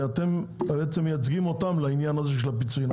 ואתם מייצגים אותם בעניין הזה של הפיצויים,